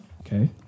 Okay